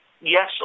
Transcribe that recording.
Yes